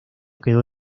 quedó